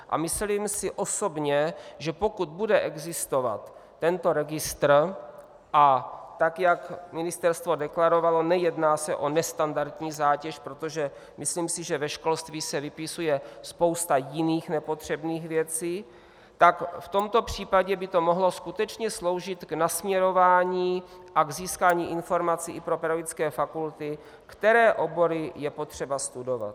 A myslím si osobně, že pokud bude existovat tento registr, a tak jak ministerstvo deklarovalo, nejedná se o nestandardní zátěž, protože myslím, že ve školství se vypisuje spousta jiných nepotřebných věcí, tak v tomto případě by to mohlo skutečně sloužit k nasměrování a k získání informací i pro pedagogické fakulty, které obory je potřeba studovat.